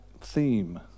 theme